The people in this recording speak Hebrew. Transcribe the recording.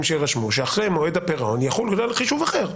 שיירשמו שאחרי מועד הפירעון יחול כלל חישוב אחר.